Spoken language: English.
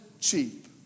cheap